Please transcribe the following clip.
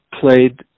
played